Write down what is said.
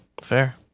Fair